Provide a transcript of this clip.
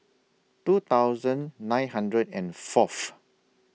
two thousand nine hundred and Fourth